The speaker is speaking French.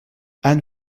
anne